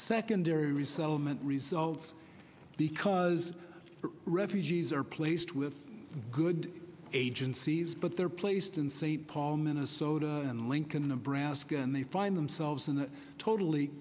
secondary resettlement results because refugees are placed with good agencies but they're placed in st paul minnesota and lincoln nebraska and they find themselves in a totally